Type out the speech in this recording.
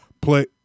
play